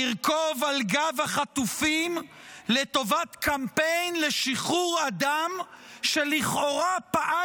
לרכוב על גב החטופים לטובת קמפיין לשחרור אדם שלכאורה פעל